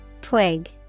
Twig